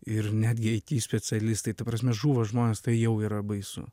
ir netgi it specialistai ta prasme žūva žmonės tai jau yra baisu